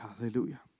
Hallelujah